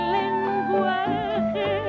lenguaje